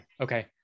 Okay